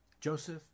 Joseph